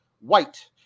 white